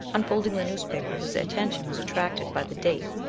unfolding the newspaper his attention was attracted by the date,